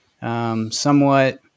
somewhat